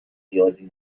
نیازی